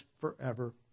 forever